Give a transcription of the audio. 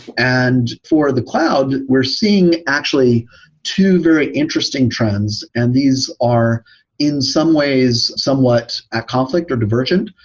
and for the cloud, we're seeing actually two very interesting trends, and these are in some ways somewhat a conflict or divergent,